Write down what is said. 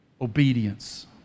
Obedience